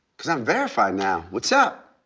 cause i'm verified now. what's up?